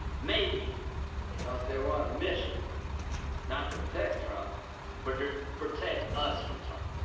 maybe because they were on a mission not to protect trump but to protect us from trump.